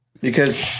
Because-